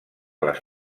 les